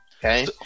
okay